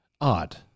odd